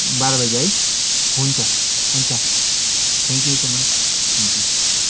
बाह्र बजी है हुन्छ हुन्छ थ्याङ्क यू सो मच हुन्छ